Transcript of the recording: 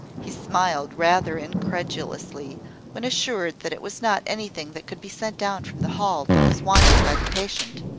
he smiled rather incredulously when assured that it was not anything that could be sent down from the hall that was wanted by the patient,